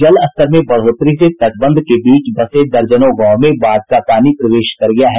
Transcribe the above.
जलस्तर में बढोतरी से तटबंध के बीच बसे दर्जनों गांव में बाढ का पानी प्रवेश कर गया है